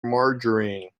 margarine